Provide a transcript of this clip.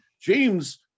James